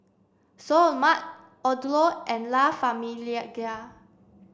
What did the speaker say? Seoul Mart Odlo and La Famiglia